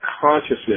consciousness